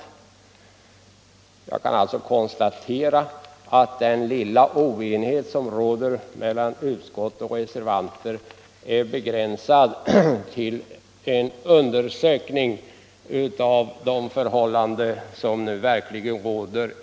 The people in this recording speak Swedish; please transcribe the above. Jag kan alltså konstatera att den lilla oenighet som råder mellan utskottsmajoriteten och reservanterna är begränsad till att gälla en undersökning av de förhållanden som nu verkligen råder.